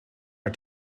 our